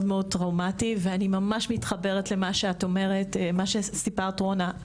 טראומטי ואני ממש מתחברת לחוויה שסיפרה רונה,